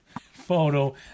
Photo